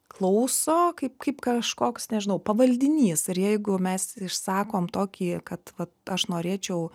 klauso kaip kaip kažkoks nežinau pavaldinys ir jeigu mes išsakom tokį kad vat aš norėčiau